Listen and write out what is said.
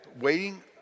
waiting